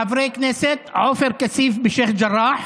חברי כנסת, עופר כסיף בשייח' ג'ראח.